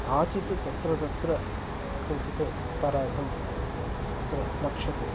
कदाचिद् तत्र तत्र किञ्चित् अपराधम् अत्र लक्ष्यते